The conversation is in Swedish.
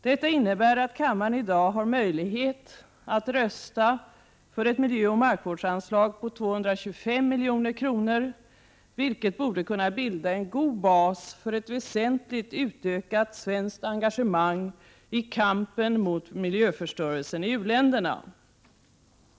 Detta innebär att kammaren i dag har möjlighet att rösta för ett miljöoch markvårdsanslag på 225 milj.kr., vilket borde kunna bilda en god bas för ett väsentligt utökat svenskt engagemang i kampen mot miljöförstörelsen i u-länderna.